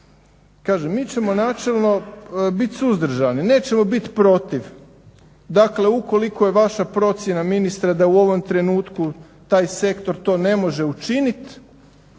mi ćemo načelno biti suzdržani, nećemo biti protiv. Dakle, ukoliko je vaša procjena ministre da u ovom trenutku taj sektor to ne može učiniti